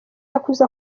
yakuze